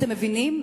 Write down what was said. אתם מבינים?